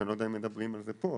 אני לא יודע אם מדברים על זה פה,